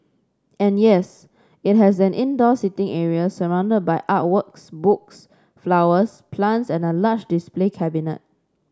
and yes it has an indoor seating area surrounded by art works books flowers plants and a large display cabinet